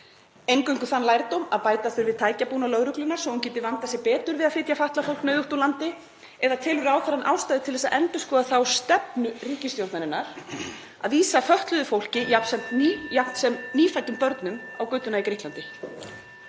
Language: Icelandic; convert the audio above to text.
Eingöngu þann lærdóm að bæta þurfi tækjabúnað lögreglunnar svo að hún geti vandað sig betur við að flytja fatlað fólk nauðugt úr landi? Eða telur ráðherrann ástæðu til að endurskoða þá stefnu ríkisstjórnarinnar að vísa fötluðu fólki jafnt sem nýfæddum börnum á götuna í Grikklandi?